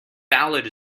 ballad